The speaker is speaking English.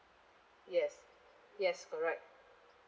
yes yes correct